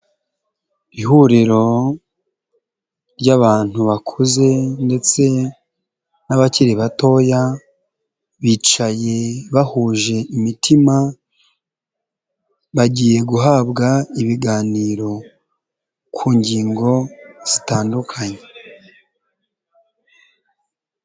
Ihuriro ry'abantu bakuze ndetse n'abakiri batoya, bicaye bahuje imitima, bagiye guhabwa ibiganiro ku ngingo zitandukanye.